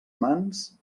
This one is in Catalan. mans